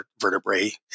vertebrae